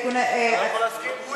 אני לא יכול להסכים.